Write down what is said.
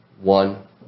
one